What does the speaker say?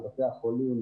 בבתי החולים.